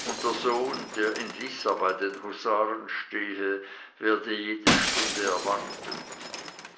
und der sohn der in lissa bei den husaren stehe werde jede stunde erwartet